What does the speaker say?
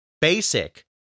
BASIC